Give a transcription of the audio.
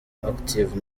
active